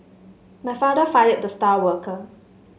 my father fired the star worker